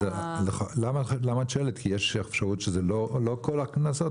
למה את שואלת, כי יש אפשרות שזה לא כל הקנסות?